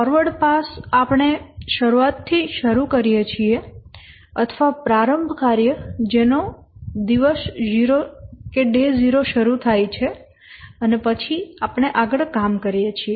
forward pass આપણે શરૂઆતથી શરૂ કરીએ છીએ અથવા પ્રારંભ કાર્ય જેનો દિવસ 0 શરૂ થાય છે અને પછી આપણે આગળ કામ કરીએ છીએ